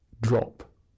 drop